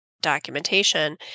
documentation